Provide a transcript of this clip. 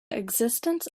existence